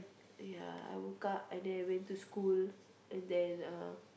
ya I woke up and then I went to school and then uh